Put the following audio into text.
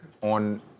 on